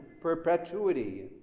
perpetuity